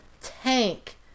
tank